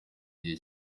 gihe